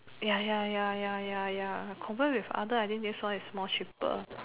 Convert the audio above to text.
ya ya ya ya ya ya compare with other I think this one is more cheaper